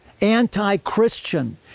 anti-Christian